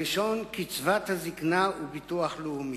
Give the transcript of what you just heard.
הראשון, קצבת זיקנה וביטוח לאומי.